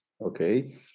Okay